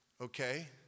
Okay